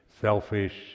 selfish